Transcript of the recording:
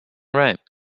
right